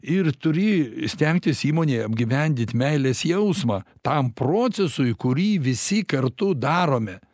ir turi stengtis įmonėje apgyvendint meilės jausmą tam procesui kurį visi kartu darome